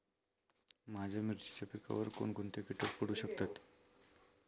माझ्या मिरचीच्या पिकावर कोण कोणते कीटक पडू शकतात?